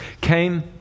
came